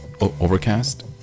overcast